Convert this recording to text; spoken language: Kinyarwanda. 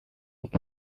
luc